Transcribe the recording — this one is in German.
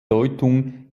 deutung